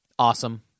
Awesome